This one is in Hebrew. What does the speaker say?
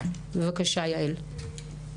בבקשה יעל.